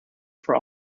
for